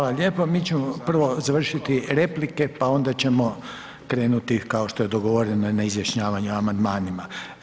Hvala lijepo, mi ćemo prvo završiti replike pa onda ćemo krenuti kao što je dogovoreno na izjašnjavanje o amandmanima.